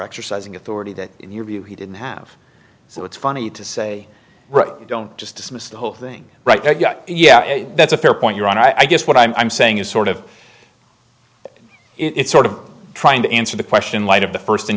exercising authority that in your view he didn't have so it's funny to say you don't just dismiss the whole thing right i got yeah that's a fair point you're on i guess what i'm saying is sort of it's sort of trying to answer the question light of the first